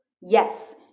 Yes